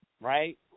right